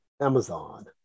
Amazon